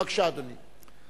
בבקשה, אדוני.